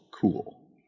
cool